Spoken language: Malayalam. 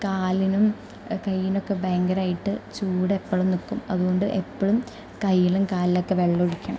കാലിനും കൈനൊക്കെ ഭയങ്കരമായിട്ട് ചൂട് എപ്പോഴും നിൽക്കും അതുകൊണ്ട് എപ്പോഴും കയ്യിലും കാലിമൊക്കെ വെള്ളമൊഴിക്കണം